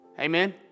Amen